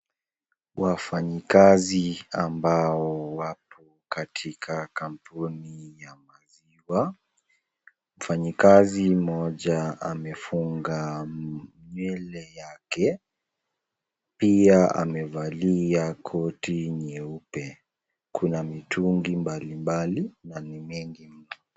Wafanyikazi ambao wapo katika kampuni ya maziwa. Mfanyikazi mmoja amefunga nywele yake pia amevalia koti nyeupe kuna mtungi mbali mbali ni mengi mno.